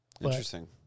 Interesting